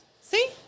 See